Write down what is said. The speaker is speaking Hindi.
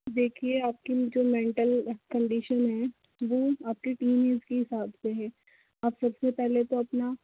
देखिए आपकी जो मेंटल कंडिशन है वो आपकी तीन ऐज के हिसाब से है आप सबसे पहले तो अपना